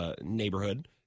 neighborhood